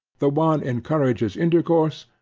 the one encourages intercourse,